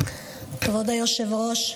כבוד היושב-ראש,